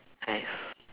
!hais!